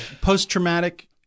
post-traumatic